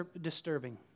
disturbing